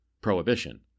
Prohibition